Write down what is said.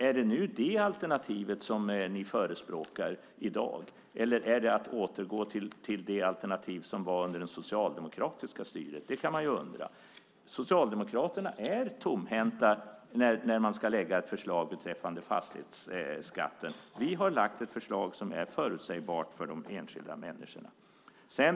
Är det alltså det alternativet ni förespråkar i dag, eller är det att återgå till det alternativ som fanns under det socialdemokratiska styret? Det kan man undra. Socialdemokraterna är tomhänta när de ska lägga fram ett förslag beträffande fastighetsskatten. Vi har lagt fram ett förslag som är förutsägbart för de enskilda människorna.